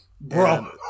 Bro